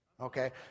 Okay